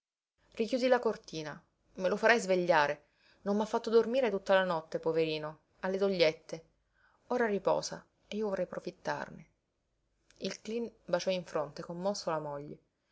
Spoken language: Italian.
richiudi la cortina me lo farai svegliare non m'ha fatto dormire tutta la notte poverino ha le dogliette ora riposa e io vorrei profittarne il cleen baciò in fronte commosso la moglie